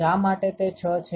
શા માટે તે 6 છે